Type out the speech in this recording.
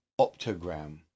optogram